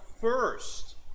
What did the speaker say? first